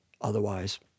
Otherwise